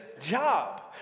job